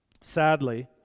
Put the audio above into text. sadly